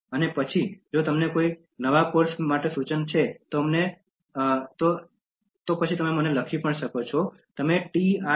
અને પછી જો તમને કોઈ નવા કોર્સ માટે કોઈ સૂચન છે અને તમે આગળ જુઓ છો તો પછી તમે મને લખી શકો છો તમે trciitk